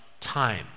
time